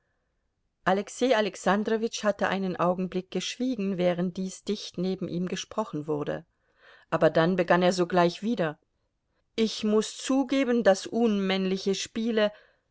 alexei alexandrowitsch hatte einen augenblick geschwiegen während dies dicht neben ihm gesprochen wurde aber dann begann er sogleich wieder ich muß zugeben daß unmännliche spiele